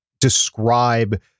describe